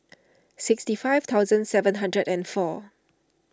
sixty five thousand seven hundred and four